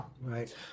right